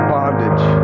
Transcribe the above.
bondage